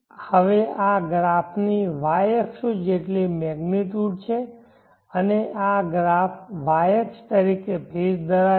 હવે આ ગ્રાફ ની y અક્ષો જેટલી મેગ્નીટ્યૂડ છે અને આ ગ્રાફ y અક્ષ તરીકે ફેઝ ધરાવે છે